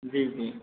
जी जी